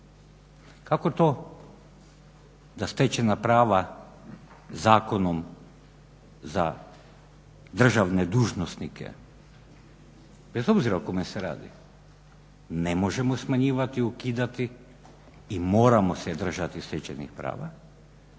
Kako to da stečena prava zakonom za državne dužnosnike, bez obzira o kome se radi, ne možemo smanjivati i ukidati i moramo se držati stečenih prava,